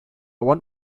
want